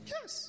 Yes